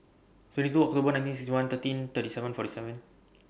twenty two October nineteen sixty one thirteen thirty seven forty seven